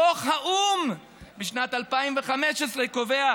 דוח האו"ם משנת 2015 קובע: